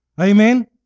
Amen